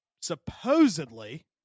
supposedly